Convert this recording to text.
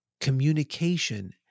communication